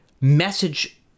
message